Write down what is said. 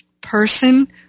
person